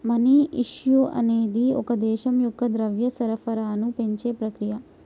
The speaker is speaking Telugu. మనీ ఇష్యూ అనేది ఒక దేశం యొక్క ద్రవ్య సరఫరాను పెంచే ప్రక్రియ